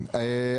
אדוני.